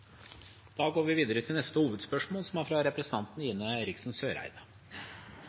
går videre til neste hovedspørsmål.